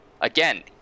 again